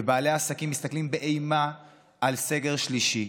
ובעלי העסקים מסתכלים באימה על סגר שלישי.